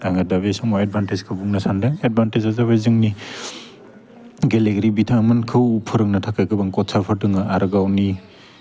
आङो दा बे समाव एदभान्टेजखौ बुंनो सानदों एदभान्टेजा जाबाय जोंनि गेलेगिरि बिथांमोनखौ फोरोंनो थाखाय गोबां कच्चारफोर दङ आरो गाउवनि